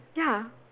ya